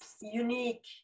unique